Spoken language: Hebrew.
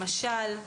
למשל,